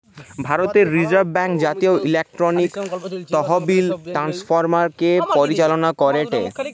ভারতের reserve bank জাতীয় electronic তহবিল ট্রান্সফার কে পরিচালনা করেটে